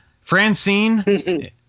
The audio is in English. francine